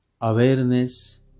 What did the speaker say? Awareness